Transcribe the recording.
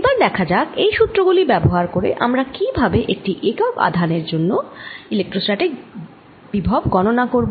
এবার দেখা যাক এই সুত্র গুলি ব্যবহার করে আমরা কি ভাবে একটি একক আধান এর ইলেক্ট্রোস্ট্যাটিক বিভব গণনা করব